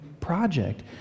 project